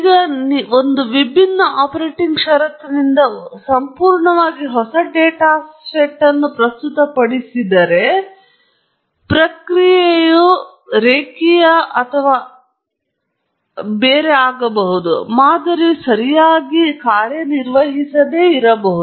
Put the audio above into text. ಈಗ ನೀವು ಒಂದು ವಿಭಿನ್ನ ಆಪರೇಟಿಂಗ್ ಷರತ್ತಿನಿಂದ ಒಂದು ಸಂಪೂರ್ಣವಾಗಿ ಹೊಸ ಡೇಟಾ ಸೆಟ್ ಅನ್ನು ಪ್ರಸ್ತುತಪಡಿಸಲಿದ್ದರೆ ಪ್ರಕ್ರಿಯೆಯು ರೇಖೀಯ ಮತ್ತು ಅದಕ್ಕಿಂತಲೂ ಮುಗಿಯದ ಹೊರತು ಮಾದರಿಯು ಸರಿಯಾಗಿ ಕಾರ್ಯನಿರ್ವಹಿಸದೇ ಇರಬಹುದು